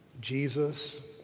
Jesus